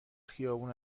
خیابون